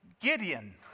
Gideon